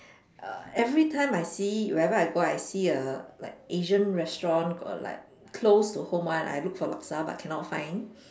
err everytime I see whenever I go I see a like Asian restaurant or like close to home one I look for laksa but cannot find